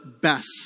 best